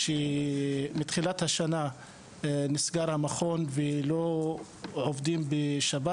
שמתחילת השנה נסגר המכון ולא עובדים בשבת.